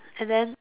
and then